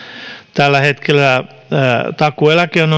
tällä hetkellä takuueläke on